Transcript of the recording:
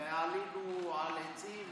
ועלינו על עצים,